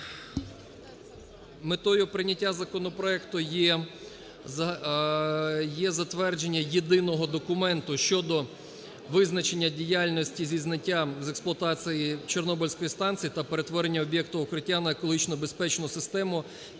Метою прийняття законопроекту є затвердження єдиного документу, щодо визначення діяльності зі зняття з експлуатації Чорнобильської станції та перетворення об'єкту укриття на екологічно безпечну систему